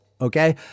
Okay